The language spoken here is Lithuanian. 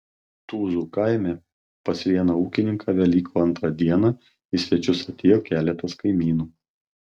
tuzų kaime pas vieną ūkininką velykų antrą dieną į svečius atėjo keletas kaimynų